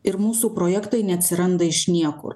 ir mūsų projektai neatsiranda iš niekur